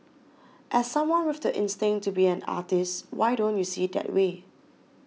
as someone with the instinct to be an artist why don't you see that way